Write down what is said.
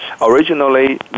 originally